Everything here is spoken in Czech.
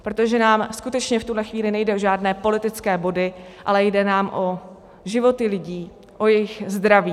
Protože nám skutečně v tuto chvíli nejde o žádné politické body, ale jde nám o životy lidí, o jejich zdraví.